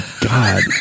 God